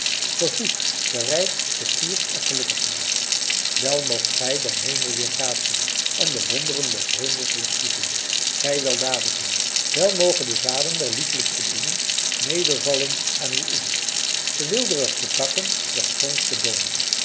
gevoed verrijkt gesierd en gelukkig gemaakt wel moogt gij den hemel weerkaatsen en de wonderen des hemels weerspiegelen gij weldadigen wel mogen de zaden der liefelijkste bloemen nedervallen aan uw oevers de weelderigste takken der schoonste boomen